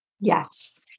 Yes